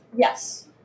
Yes